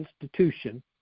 institution